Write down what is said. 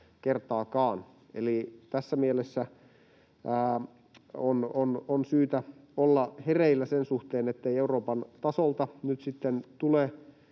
kertaakaan. Eli tässä mielessä on syytä olla hereillä sen suhteen, ettei Euroopan tasolta nyt